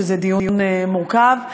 שזה דיון מורכב.